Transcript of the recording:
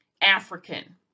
African